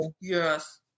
Yes